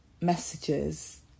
messages